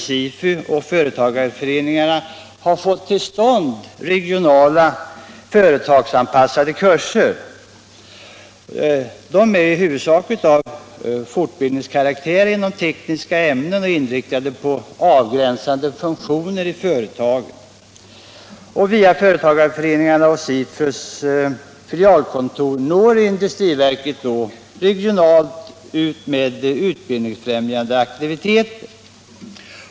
SIFU och företagarföreningarna har fått till stånd regionala företagsanpassade kurser. Dessa är huvudsakligen av fortbildningskaraktär inom tekniska ämnen och inriktade på avgränsade funktioner i företagen. Via företagarföreningarna och SIFU når industriverket ut regionalt med utbildningsfrämjande aktiviteter.